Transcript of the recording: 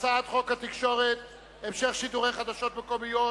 הצעת חוק התקשורת (המשך שידורי חדשות מקומיות